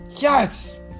yes